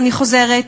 אני חוזרת,